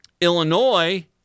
Illinois